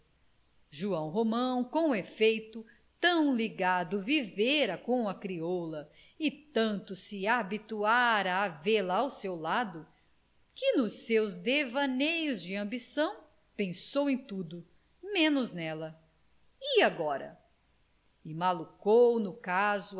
incrível joão romão com efeito tão ligado vivera com a crioula e tanto se habituara a vê-la ao seu lado que nos seus devaneios de ambição pensou em tudo menos nela e agora e malucou no caso